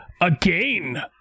again